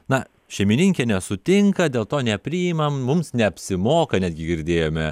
na šeimininkė nesutinka dėl to nepriimam mums neapsimoka netgi girdėjome